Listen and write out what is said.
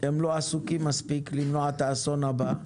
הם לא עסוקים מספיק למנוע את האסון הבא.